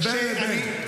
זה בין לבין.